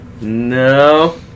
No